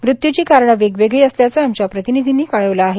मृत्यूची कारणे वेगवेगळी असल्याचं आमच्या प्रतिनिधींनी कळवलं आहे